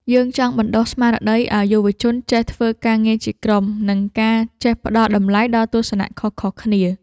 យើងចង់បណ្ដុះស្មារតីឱ្យយុវជនចេះធ្វើការងារជាក្រុម និងការចេះផ្ដល់តម្លៃដល់ទស្សនៈខុសគ្នាៗ។